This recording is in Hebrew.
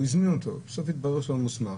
הוא הזמין אותו, בסוף מתברר שהוא לא מוסמך.